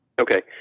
okay